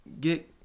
get –